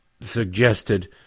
suggested